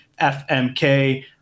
FMK